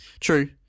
true